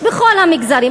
בכל המגזרים.